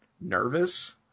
nervous